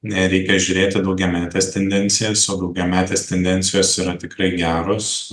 ne reikia žiūrėti į daugiametes tendencijas o daugiametės tendencijos yra tikrai geros